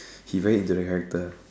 he very into the character